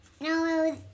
no